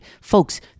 Folks